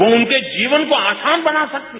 वो उनके जीवन को आसान बना सकते हैं